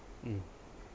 mm